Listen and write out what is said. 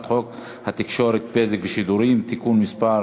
חוק התקשורת (בזק ושידורים) (תיקון מס'